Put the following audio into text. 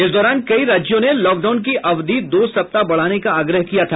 इस दौरान कई राज्यों ने लॉकडाउन की अवधि दो सप्ताह बढ़ाने का आग्रह किया था